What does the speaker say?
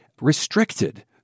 restricted